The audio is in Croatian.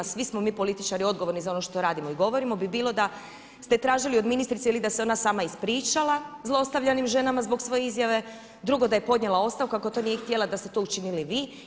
Svi smo mi političari odgovorni za ono što radimo i govorimo bi bilo da ste tražili od ministrice ili da se ona sama ispričala zlostavljanim ženama zbog svoje izjave, drugo da je podnijela ostavku ako to nije htjela da ste to učinili vi.